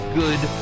good